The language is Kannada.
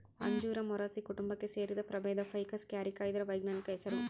ಅಂಜೂರ ಮೊರಸಿ ಕುಟುಂಬಕ್ಕೆ ಸೇರಿದ ಪ್ರಭೇದ ಫೈಕಸ್ ಕ್ಯಾರಿಕ ಇದರ ವೈಜ್ಞಾನಿಕ ಹೆಸರು